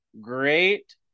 great